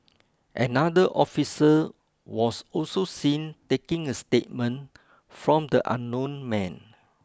another officer was also seen taking a statement from the unknown man